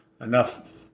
Enough